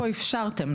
פה אפשרתם,